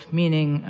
meaning